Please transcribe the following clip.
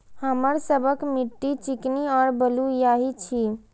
हमर सबक मिट्टी चिकनी और बलुयाही छी?